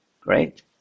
great